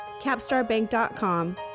capstarbank.com